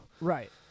Right